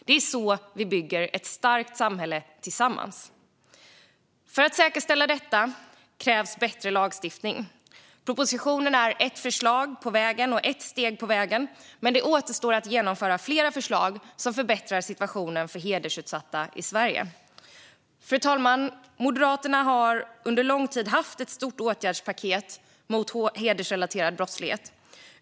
Det är så vi bygger ett starkt samhälle tillsammans. För att säkerställa detta krävs bättre lagstiftning. Propositionen är ett förslag och ett steg på vägen. Men det återstår att genomföra fler förslag som förbättrar situationen för hedersutsatta i Sverige. Fru talman! Moderaterna har under lång tid haft ett stort åtgärdspaket mot hedersrelaterad brottslighet.